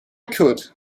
could